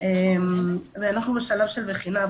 והארות, ואנחנו בשלב של בחינה.